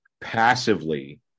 passively